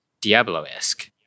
Diablo-esque